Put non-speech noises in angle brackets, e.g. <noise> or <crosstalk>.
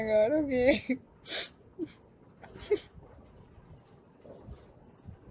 god okay <noise>